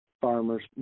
Farmers